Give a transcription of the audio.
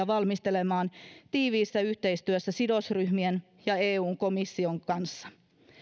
valmistelemaan tiiviissä yhteistyössä sidosryhmien ja eun komission kanssa